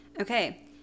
okay